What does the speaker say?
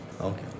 Okay